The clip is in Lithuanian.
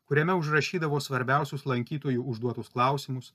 kuriame užrašydavo svarbiausius lankytojų užduotus klausimus